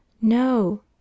No